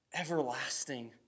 everlasting